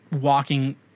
walking